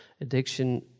addiction